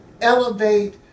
elevate